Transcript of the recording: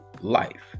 life